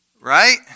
right